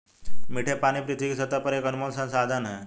मीठे पानी पृथ्वी की सतह पर एक अनमोल संसाधन है